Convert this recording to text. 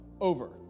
over